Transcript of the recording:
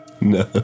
No